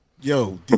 yo